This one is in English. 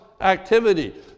activity